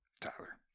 Tyler